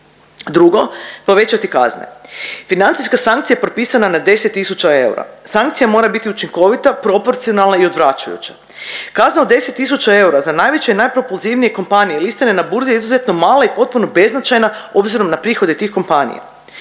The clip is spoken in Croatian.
Drugo, povećati kazne. Financijska sankcija propisana na 10 tisuća eura, sankcija mora biti učinkovita, proporcionalna i odvraćajuća. Kazna od 10 tisuća eura za najveće i najpropulzivnije kompanije listane na burzi je izuzetno mala i potpuno beznačajna obzirom na prihode tih kompanija.